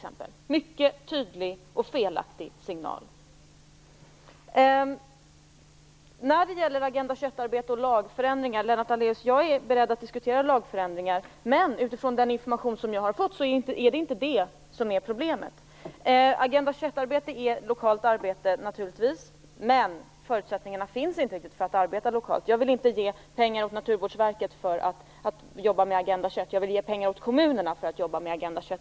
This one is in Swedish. Det är en mycket tydlig och felaktig signal. När det gäller Agenda 21-arbete och lagförändringar, Lennart Daléus, är jag beredd att diskutera sådana. Men utifrån den information som jag har fått är det inte lagarna som är problemet. Agenda 21 arbete handlar naturligtvis om lokalt arbete, men det finns helt enkelt inga förutsättningar för att arbeta lokalt. Jag vill inte ge Naturvårdsverket pengar för att man skall jobba med Agenda 21, utan jag vill ge kommunerna pengar för Agenda 21-arbete.